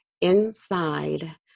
inside